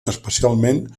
especialment